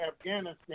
Afghanistan